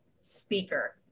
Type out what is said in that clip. speaker